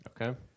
Okay